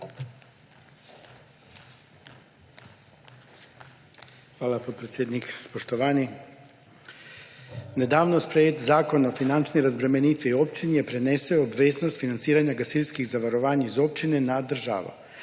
Hvala, podpredsednik. Spoštovani! Nedavno sprejeti Zakon o finančni razbremenitvi občin je prenesel obveznost financiranja gasilskih zavarovanj z občine na državo.